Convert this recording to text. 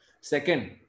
Second